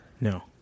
No